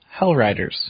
Hellriders